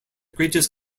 greatest